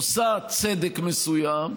עושה צדק מסוים,